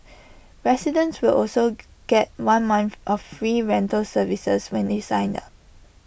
residents will also G get one month of free rental service when they sign up